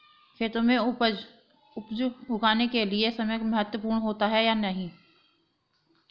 खेतों में उपज उगाने के लिये समय महत्वपूर्ण होता है या नहीं?